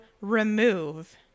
remove